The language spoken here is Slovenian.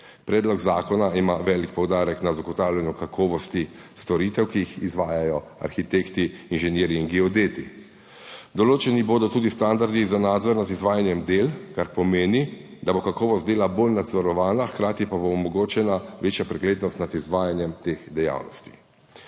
Predlog zakona ima velik poudarek na zagotavljanju kakovosti storitev, ki jih izvajajo arhitekti, inženirji in geodeti. Določeni bodo tudi standardi za nadzor nad izvajanjem del, kar pomeni, da bo kakovost dela bolj nadzorovana, hkrati pa bo omogočena večja preglednost nad izvajanjem teh dejavnosti.